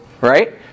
Right